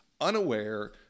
unaware